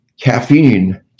Caffeine